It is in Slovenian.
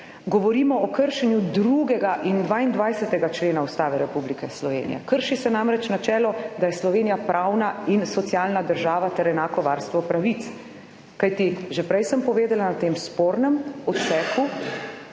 Govorimo o kršenju 2. in 22. člena Ustave Republike Slovenije, krši se namreč načelo, da je Slovenija pravna in socialna država ter enako varstvo pravic. Kajti že prej sem povedala, na tem spornem odseku